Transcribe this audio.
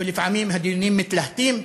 ולפעמים הדיונים מתלהטים.